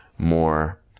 more